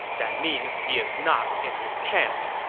that means he is not in his camp.